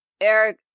Eric